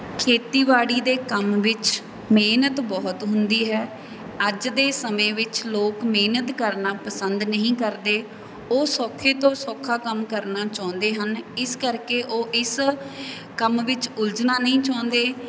ਖੇਤੀਬਾੜੀ ਦੇ ਕੰਮ ਵਿੱਚ ਮਿਹਨਤ ਬਹੁਤ ਹੁੰਦੀ ਹੈ ਅੱਜ ਦੇ ਸਮੇਂ ਵਿੱਚ ਲੋਕ ਮਿਹਨਤ ਕਰਨਾ ਪਸੰਦ ਨਹੀਂ ਕਰਦੇ ਉਹ ਸੌਖੇ ਤੋਂ ਸੌਖਾ ਕੰਮ ਕਰਨਾ ਚਾਹੁੰਦੇ ਹਨ ਇਸ ਕਰਕੇ ਉਹ ਇਸ ਕੰਮ ਵਿੱਚ ਉਲਝਣਾ ਨਹੀਂ ਚਾਹੁੰਦੇ